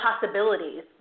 possibilities